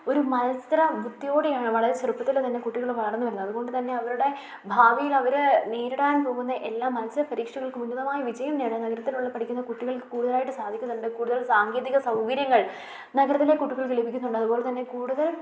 ഒരു മത്സരവൃത്തിയോടെയാണ് വളരെ ചെറുപ്പത്തിലെ തന്നെ കുട്ടികൾ വളർന്ന് വരുന്നത് അതുകൊണ്ട് തന്നെ അവരുടെ ഭാവിയിൽ അവർ നേരിടാൻ പോകുന്ന എല്ലാ മത്സര പരീക്ഷകൾക്കും ഉന്നതമായ വിജയം നേടാൻ നഗരത്തിലുള്ള പഠിക്കുന്ന കുട്ടികൾക്ക് കൂടുതലായിട്ട് സാധിക്കുന്നുണ്ട് കൂടുതൽ സാങ്കേതിക സൗകര്യങ്ങൾ നഗരത്തിലെ കുട്ടികൾക്ക് ലഭിക്കുന്നുണ്ട് അതുപോലെത്തന്നെ കൂടുതൽ